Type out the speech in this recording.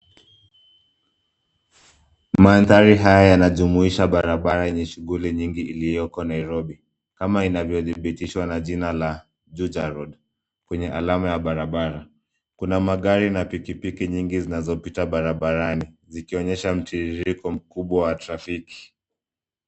Mandhari haya yanajumuisha barabara yenye shughuli nyingi iliyoko nairobi kama inavyothibitishwa na jina la Juja Road kwenye alama ya barabara. Kuna magari na pikipiki nyingi zinazopita barabarani zikionyesha mtiririko mkubwa wa trafiki.